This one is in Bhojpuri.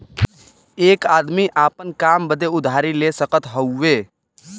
एक आदमी आपन काम बदे उधारी ले सकत हउवे